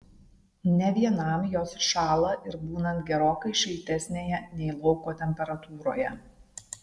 ne vienam jos šąla ir būnant gerokai šiltesnėje nei lauko temperatūroje